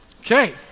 okay